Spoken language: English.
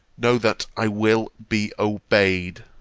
know that i will be obeyed.